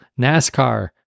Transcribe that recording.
NASCAR